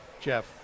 jeff